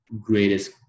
greatest